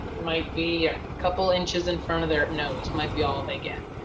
might be a couple inches in front of their nose, might be all they get.